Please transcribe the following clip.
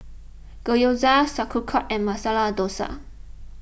Gyoza Sauerkraut and Masala Dosa